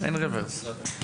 אין רברס.